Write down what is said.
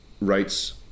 rights